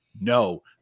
no